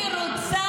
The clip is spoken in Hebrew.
יהודים